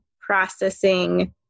processing